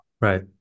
Right